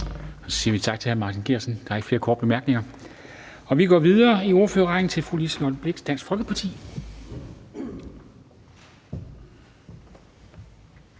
Så siger vi tak til hr. Martin Geertsen. Der er ikke flere korte bemærkninger. Og vi går videre i ordførerrækken til fru Liselott Blixt, Dansk Folkeparti.